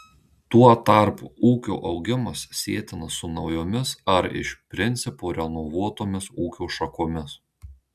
tuo tarpu ūkio augimas sietinas su naujomis ar iš principo renovuotomis ūkio šakomis